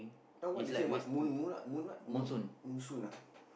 now what they say what moon moon what moon what moon monsoon ah